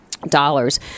Dollars